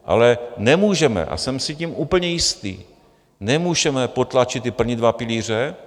Ale nemůžeme, a jsem si tím úplně jistý, nemůžeme potlačit ty první dva pilíře.